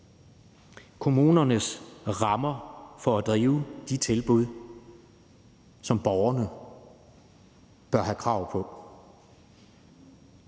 kommunernes rammer for at drive de tilbud, som borgerne bør have krav på,